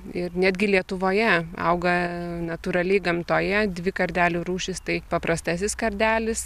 ir netgi lietuvoje auga natūraliai gamtoje dvi kardelių rūšys tai paprastasis kardelis